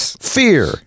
fear